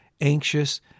anxious